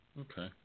Okay